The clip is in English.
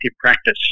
practice